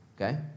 Okay